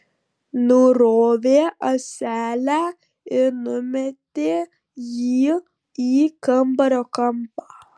nurovė ąselę ir numetė jį į kambario kampą